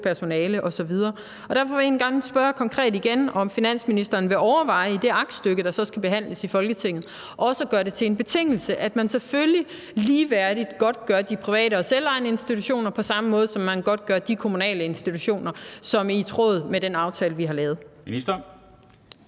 personale osv. Derfor vil jeg godt spørge konkret igen, om finansministeren i det aktstykke, der så skal behandles i Folketinget, vil overveje også at gøre det til en betingelse, at man selvfølgelig ligeværdigt godtgør de private og selvejende institutioner på samme måde, som man godtgør de kommunale institutioner, i tråd med den aftale, vi har lavet. Kl.